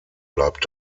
bleibt